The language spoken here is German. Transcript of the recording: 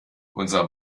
unser